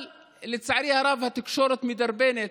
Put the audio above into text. לצערי הרב, התקשורת מדרבנת,